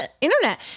Internet